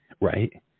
Right